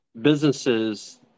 businesses